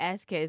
SK